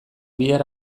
bihar